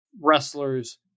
wrestlers